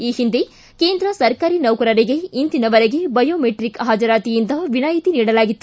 ಈ ಹಿಂದೆ ಕೇಂದ್ರ ಸರ್ಕಾರಿ ನೌಕರರಿಗೆ ಇಂದಿನವರೆಗೆ ಬಯೋಮೆಟ್ರಿಕ್ ಹಾಜರಾತಿಯಿಂದ ವಿನಾಯಿತಿ ನೀಡಲಾಗಿತ್ತು